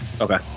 Okay